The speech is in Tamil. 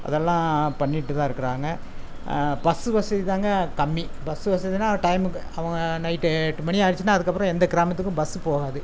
அதெல்லாம் பண்ணிகிட்டு தான் இருக்கறாங்க பஸ்ஸு வசதி தாங்க கம்மி பஸ்ஸு வசதினா டைமுக்கு அவங்க நைட்டு எட்டு மணி ஆகிடுச்சுனா அதுக்கப்புறோம் எந்த கிராமத்துக்கும் பஸ்ஸு போகாது